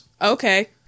Okay